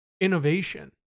innovation